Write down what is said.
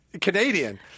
Canadian